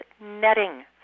netting